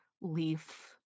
leaf